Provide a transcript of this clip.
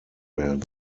werden